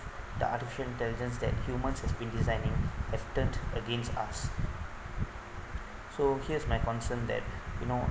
the artificial intelligent that human has been designing have turn against us so here is my concern that you know